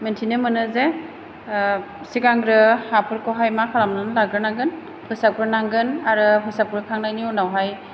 मोनथिनो मोनो जे सिगांग्रो हाफोरखौहाय मा खालामनानै लाग्रो नांगोन फोसाबग्रोनांगोन आरो फोसाबग्रोखांनायनि उनावहाय